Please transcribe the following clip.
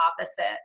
opposite